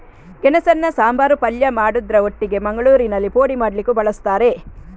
ಗೆಣಸನ್ನ ಸಾಂಬಾರು, ಪಲ್ಯ ಮಾಡುದ್ರ ಒಟ್ಟಿಗೆ ಮಂಗಳೂರಿನಲ್ಲಿ ಪೋಡಿ ಮಾಡ್ಲಿಕ್ಕೂ ಬಳಸ್ತಾರೆ